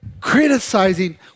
criticizing